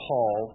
Paul